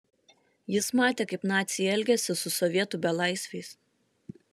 jis matė kaip naciai elgiasi su sovietų belaisviais